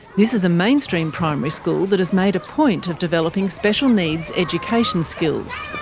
this is a mainstream primary school that has made a point of developing special needs education skills.